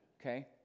Okay